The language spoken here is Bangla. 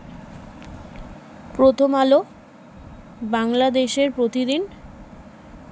প্রথম আলো বাংলাদেশের প্রতিদিন